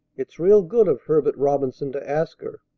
it's real good of herbert robinson to ask her.